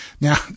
Now